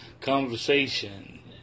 conversation